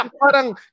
Parang